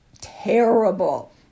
terrible